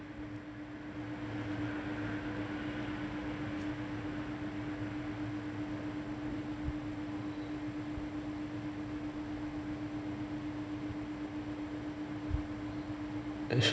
and